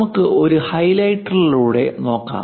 നമുക്ക് ഒരു ഹൈലൈറ്ററിലൂടെ നോക്കാം